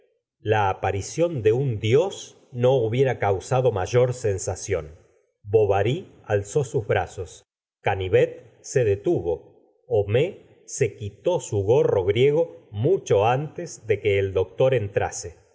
la aparición de un dios no hubiera causado mayor sensación bovary alzó sus brazos cani vet se detuvo homais se quitó su gorro griego mucho ante de que el doctor entrase